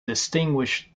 distinguish